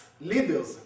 leaders